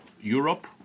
Europe